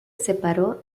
separó